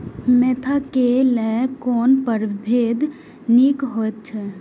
Mentha क लेल कोन परभेद निक होयत अछि?